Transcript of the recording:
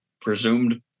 presumed